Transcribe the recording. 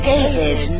David